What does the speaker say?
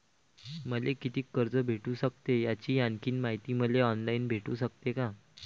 मले कितीक कर्ज भेटू सकते, याची आणखीन मायती मले ऑनलाईन भेटू सकते का?